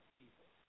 people